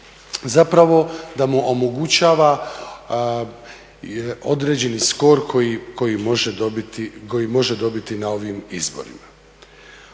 zapravo da mu omogućava određeni skor koji može dobiti na ovim izborima.